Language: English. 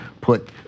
put